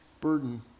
burden